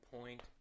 point